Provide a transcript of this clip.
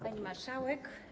Pani Marszałek!